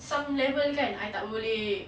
some level kan I tak boleh